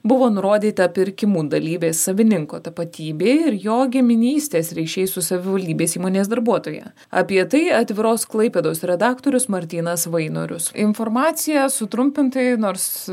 buvo nurodyta pirkimų dalyvės savininko tapatybė ir jo giminystės ryšiai su savivaldybės įmonės darbuotoja apie tai atviros klaipėdos redaktorius martynas vainorius informacija sutrumpintai nors